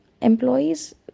employees